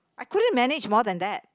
I couldn't manage more than that